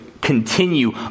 continue